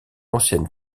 ancienne